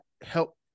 help